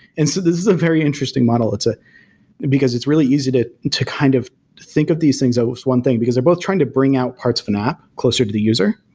and so this is a very interesting model, ah because it's really easy to to kind of think of these things as one thing, because they're both trying to bring out parts of an app closer to the user,